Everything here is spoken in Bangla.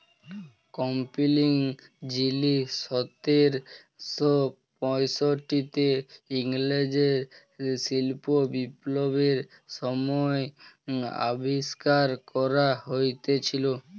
ইস্পিলিং যিলি সতের শ পয়ষট্টিতে ইংল্যাল্ডে শিল্প বিপ্লবের ছময় আবিষ্কার ক্যরা হঁইয়েছিল